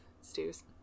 stews